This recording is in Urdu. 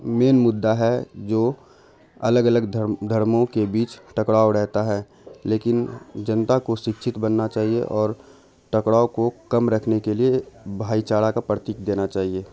مین مدہ ہے جو الگ الگ دھرموں کے بیچ ٹکڑاؤ ڑہتا ہے لیکن جنتا کو سکشت بننا چاہیے اور ٹکڑاؤ کو کم رکھنے کے لیے بھائی چارہ کا پرتیک دینا چاہیے